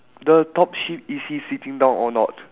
the top sheep is he sitting down or not